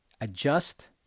Adjust